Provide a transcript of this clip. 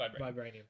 vibranium